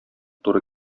туры